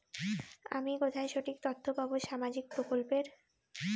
আমি কোথায় সঠিক তথ্য পাবো সামাজিক প্রকল্পের?